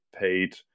paid